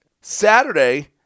Saturday